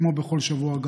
כמו בכל שבוע,